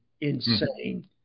insane